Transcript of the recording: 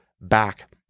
back